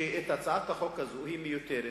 שהצעת החוק הזאת מיותרת.